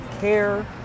care